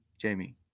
Jamie